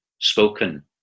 spoken